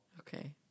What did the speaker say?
Okay